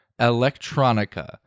electronica